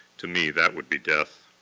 to me, that would be death.